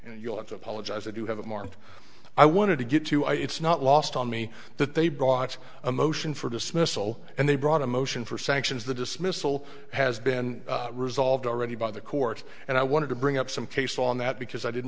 you'll have to apologize i do have it more i wanted to get to i it's not lost on me that they brought a motion for dismissal and they brought a motion for sanctions the dismissal has been resolved already by the court and i wanted to bring up some case law on that because i didn't